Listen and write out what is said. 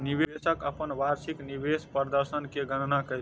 निवेशक अपन वार्षिक निवेश प्रदर्शन के गणना कयलक